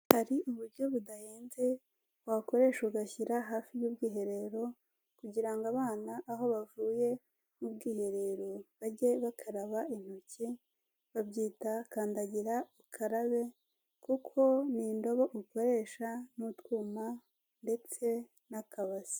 Hari uburyo budahenze wakoresha ugashyira hafi y'ubwiherero, kugira ngo abana aho bavuye mu bwiherero bajye bakaraba intoki, babyita kandagira ukarabe kuko ni indobo ukoresha n'utwuma ndetse n'akabase.